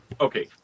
Okay